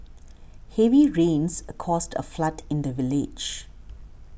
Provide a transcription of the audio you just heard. heavy rains caused a flood in the village